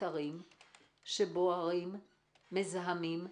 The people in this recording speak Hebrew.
אתרים שבוערים, מזהמים,